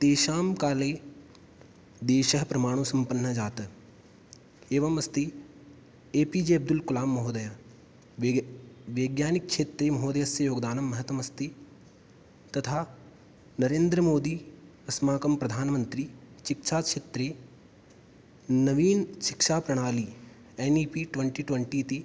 तेषां काले देशः प्रमाणो सम्पन्नजातः एवमस्ति A P J Abdul Kalam महोदयः वे वैज्ञानिकक्षेत्रे महोदयस्य योगदानं महत् अस्ति तथा नरेन्द्रमोदी अस्माकं प्रधानमन्त्री शिक्षाक्षेत्रे नवीनशिक्षाप्रणाली N E P twenty twenty इति